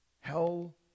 Hell